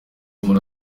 umuntu